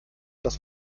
dass